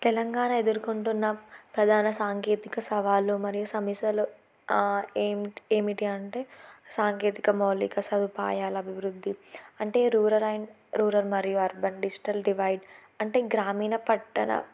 తెలంగాణ ఎదుర్కొంటున్న ప్రధాన సాంకేతిక సవాళ్ళు మరియు సమస్యలు ఏమి ఏమిటి అంటే సాంకేతిక మౌలిక సదుపాయాల అభివృద్ధి అంటే రూరల్ అండ్ రూరల్ మరియు అర్బన్ డిజిటల్ డివైడ్ అంటే గ్రామీణ పట్టణ